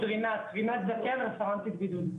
רינת זקן רפרנטית בידוד.